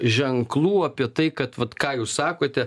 ženklų apie tai kad vat ką jūs sakote